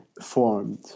formed